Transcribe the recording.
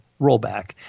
rollback